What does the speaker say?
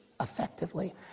effectively